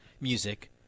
Music